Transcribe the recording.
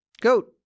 Goat